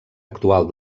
actual